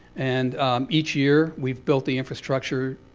and each year, we've built the infrastructure,